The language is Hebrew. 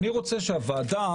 אני רוצה שהוועדה,